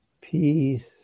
peace